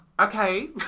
Okay